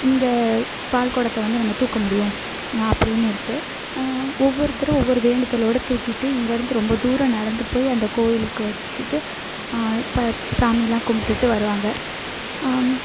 இந்த பால் குடத்த வந்து நம்ம தூக்க முடியும் அப்படின்னு இருக்குது ஒவ்வொருத்தரும் ஒவ்வொரு வேண்டுதலோடு தூக்கிவிட்டு இங்கிருந்து ரொம்ப தூரம் நடந்து போய் அந்த கோயிலுக்கு வச்சுட்டு இப்போ சாமியெலாம் கும்டுபிட்டு வருவாங்க